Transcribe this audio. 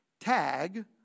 tag